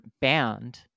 banned